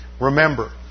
Remember